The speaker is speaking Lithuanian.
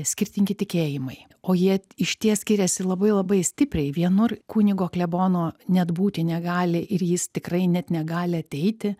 skirtingi tikėjimai o jie išties skiriasi labai labai stipriai vienur kunigo klebono net būti negali ir jis tikrai net negali ateiti